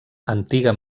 antiga